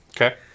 Okay